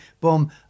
boom